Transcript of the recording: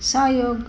सहयोग